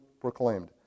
proclaimed